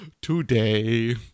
Today